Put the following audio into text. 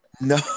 No